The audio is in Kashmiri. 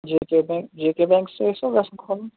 J K bank J K banks ٲسِوا ویٚژھان کھولُن